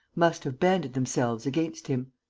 must have banded themselves against him.